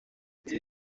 ati